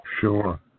Sure